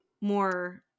more